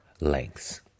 lengths